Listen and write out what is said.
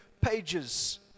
pages